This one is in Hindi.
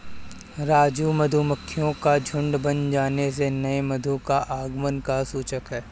राजू मधुमक्खियों का झुंड बन जाने से नए मधु का आगमन का सूचक है